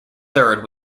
third